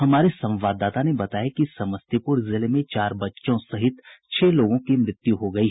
हमारे संवाददाता ने बताया कि समस्तीपुर जिले में चार बच्चों सहित छह लोगों की मृत्यु हो गयी